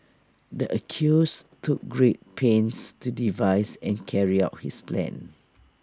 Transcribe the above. the accused took great pains to devise and carry out his plan